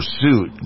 pursuit